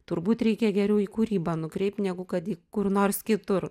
turbūt reikia geriau į kūrybą nukreipt negu kad į kur nors kitur